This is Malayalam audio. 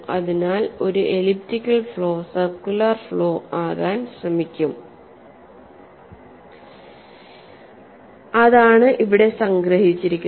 അതിനാൽ ഒരു എലിപ്റ്റിക്കൽ ഫ്ലോ സർക്കുലർ ഫ്ലോ ആകാൻ ശ്രമിക്കും അതാണ് ഇവിടെ സംഗ്രഹിച്ചിരിക്കുന്നത്